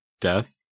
death